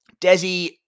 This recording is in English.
Desi